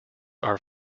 are